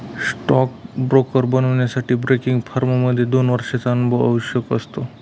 stock broker बनण्यासाठी broking firm मध्ये दोन वर्षांचा अनुभव आवश्यक असतो